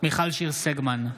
מיכל שיר סגמן,